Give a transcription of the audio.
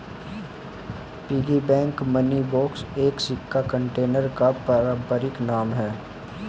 piggy bank money box एक सिक्का container का पारंपरिक नाम है